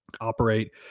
operate